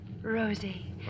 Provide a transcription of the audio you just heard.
Rosie